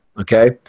okay